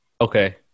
Okay